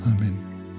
Amen